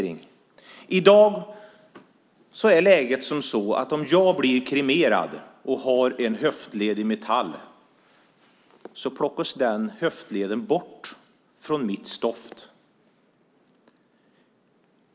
I dag är läget sådant att om jag blir kremerad och har en höftled i metall plockas den höftleden bort från mitt stoft.